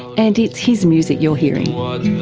and it's his music your hearing.